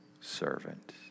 servant